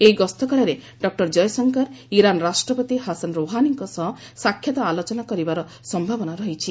ଏହି ଗସ୍ତକାଳରେ doctor Jaishankar Iran ରାଷ୍ଟ୍ରପତି ହାସନ୍ ରୋହାନୀଙ୍କ ସହ ସାକ୍ଷାତ୍ ଆଲୋଚନା କରିବାର ସମ୍ଭାବନା ରହିଛି